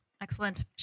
Excellent